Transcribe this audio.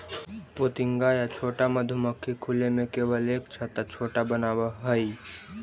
पोतिंगा या छोटा मधुमक्खी खुले में केवल एक छत्ता छोटा बनावऽ हइ